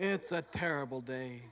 it's a terrible day